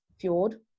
Fjord